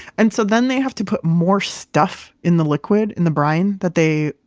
and so then they have to put more stuff in the liquid, in the brine that they,